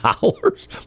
dollars